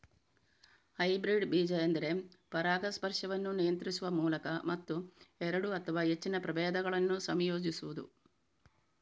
hybrid ಬೀಜ ಎಂದರೆ ಪರಾಗಸ್ಪರ್ಶವನ್ನು ನಿಯಂತ್ರಿಸುವ ಮೂಲಕ ಮತ್ತು ಎರಡು ಅಥವಾ ಹೆಚ್ಚಿನ ಪ್ರಭೇದಗಳನ್ನ ಸಂಯೋಜಿಸುದು